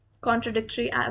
contradictory